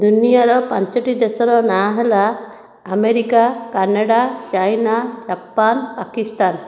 ଦୁନିଆର ପାଞ୍ଚଟି ଦେଶର ନାଁ ହେଲା America Canada China Japan Pakistan